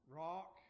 rock